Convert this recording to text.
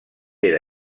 era